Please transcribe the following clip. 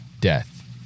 death